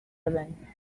living